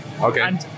Okay